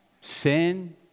sin